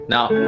Now